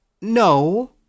No